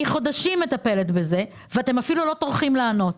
אני חודשים מטפלת בזה ואתם אפילו לא טורחים לענות.